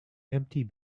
empty